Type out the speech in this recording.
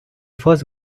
first